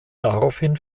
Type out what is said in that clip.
daraufhin